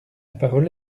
parole